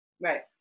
right